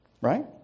Right